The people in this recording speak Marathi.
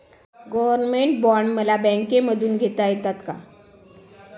गव्हर्नमेंट बॉण्ड मला बँकेमधून घेता येतात का?